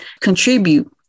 contribute